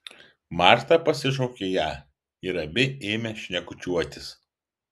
marta pasišaukė ją ir abi ėmė šnekučiuotis